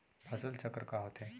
फसल चक्र का होथे?